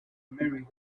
merrygoround